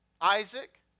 Isaac